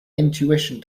intuition